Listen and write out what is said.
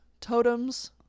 totems